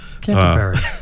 Canterbury